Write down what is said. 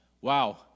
wow